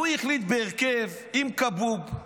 הוא החליט, בהרכב עם כבוב,